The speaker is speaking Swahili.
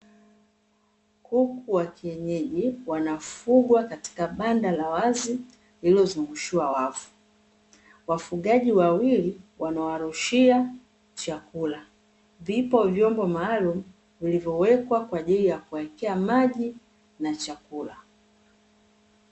Kuku wa kienyeji wanafugwa katika banda la wazi lililozungushiwa wavu, wafugaji wawili wanawarushia chakula. Vipo vyombo maalumu vilivyowekwa kwa ajili ya kuwekea maji na chakula.